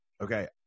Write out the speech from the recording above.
Okay